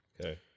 Okay